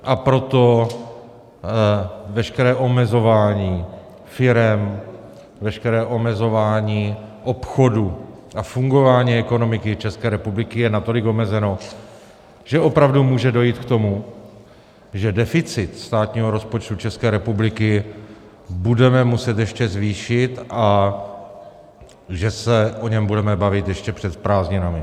A proto veškeré omezování firem, veškeré omezování obchodů a fungování ekonomiky České republiky je natolik omezeno, že opravdu může dojít k tomu, že deficit státního rozpočtu České republiky budeme muset ještě zvýšit a že se o něm budeme bavit ještě před prázdninami.